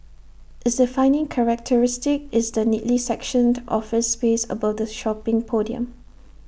its defining characteristic is the neatly sectioned office space above the shopping podium